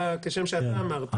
כשם שאתה אמרת.